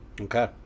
okay